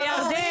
יש בירדן.